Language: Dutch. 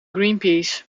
greenpeace